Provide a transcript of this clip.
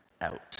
out